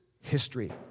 history